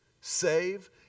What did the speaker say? save